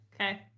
Okay